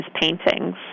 paintings